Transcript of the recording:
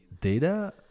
data